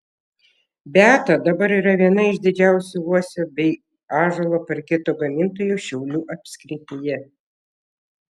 beata dabar yra viena iš didžiausių uosio bei ąžuolo parketo gamintojų šiaulių apskrityje